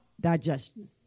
digestion